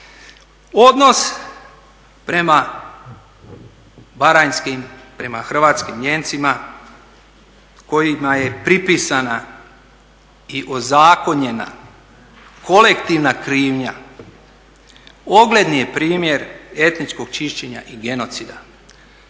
Odnos prema Baranjski, prema Hrvatskim Nijemcima kojima je pripisana i ozakonjena kolektivna krivnja ogledni je primjer etničkog čišćenja i genocida.